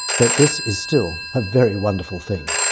but this is still a very wonderful thing.